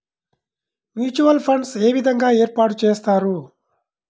Mutual funds ఏ విధంగా ఏర్పాటు చేస్తారు?